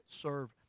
serve